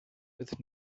with